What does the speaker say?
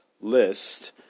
List